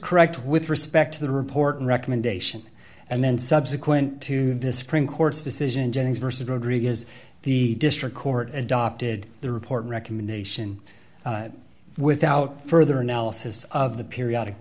correct with respect to the report recommendation and then subsequent to this spring court's decision jennings versus rodriguez the district court and opted the report recommendation without further analysis of the periodic